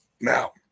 Now